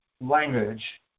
language